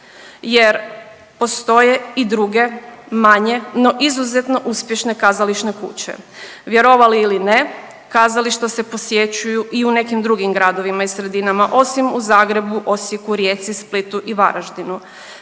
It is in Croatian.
jer postoje i druge manje no izuzetno uspješne kazališne kuće. Vjerovali ili ne kazališta se posjećuju i u nekim drugim gradovima i sredinama osim u Zagrebu, Osijeku, Rijeci, Splitu i Varaždinu.